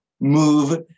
move